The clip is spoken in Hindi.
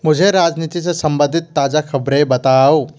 मुझे राजनीति से संबंधित ताज़ा ख़बरें बताओ